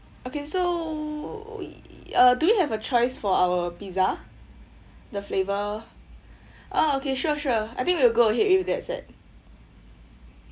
okay so uh do we have a choice for our pizza the flavour ah okay sure sure I think we will go ahead with that set